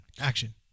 Action